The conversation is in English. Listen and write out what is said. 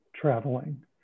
traveling